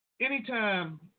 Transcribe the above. anytime